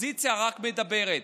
האופוזיציה רק מדברת.